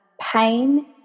pain